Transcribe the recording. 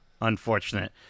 unfortunate